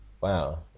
Wow